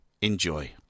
enjoy